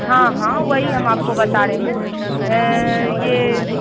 हाँ हाँ वही हम आपको बता रहे हैं यह